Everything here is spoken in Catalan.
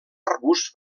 arbusts